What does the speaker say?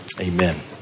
amen